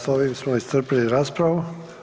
S ovim smo iscrpili raspravu.